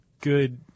good